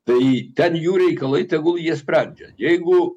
tai ten jų reikalai tegul jie spren jeigu